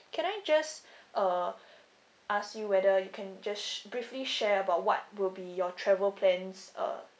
can I just uh ask you whether you can just sh~ briefly share about what would be your travel plans uh